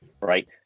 right